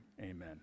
amen